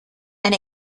and